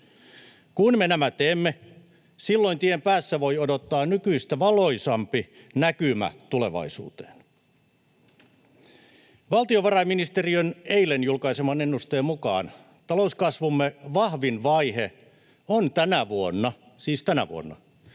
Kun me nämä teemme, silloin tien päässä voi odottaa nykyistä valoisampi näkymä tulevaisuuteen. Valtiovarainministeriön eilen julkaiseman ennusteen mukaan talouskasvumme vahvin vaihe on tänä vuonna — siis tänä vuonna.